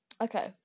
Okay